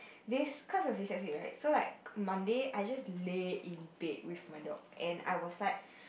this cause it was recess week right so like Monday I just lay in bed with my dog and I was like